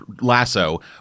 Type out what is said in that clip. lasso